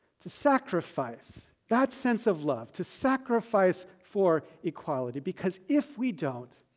to sacrifice that sense of love, to sacrifice for equality. because if we don't,